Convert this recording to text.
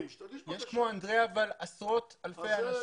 יש כמו אנדריאה אבל עשרות אלפי אנשים.